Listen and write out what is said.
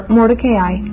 Mordecai